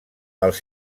els